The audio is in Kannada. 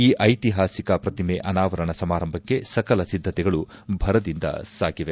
ಈ ಐತಿಹಾಸಿಕ ಪ್ರತಿಮೆ ಅನಾವರಣ ಸಮಾರಂಭಕ್ಷೆ ಸಕಲ ಸಿದ್ದತೆಗಳು ಭರದಿಂದ ಸಾಗಿವೆ